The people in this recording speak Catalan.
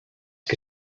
qui